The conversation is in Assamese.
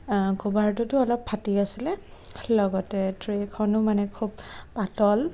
কভাৰটোতো অলপ ফাটি আছিলে লগতে ট্ৰেখনো মানে খুব পাতল